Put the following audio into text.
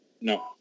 No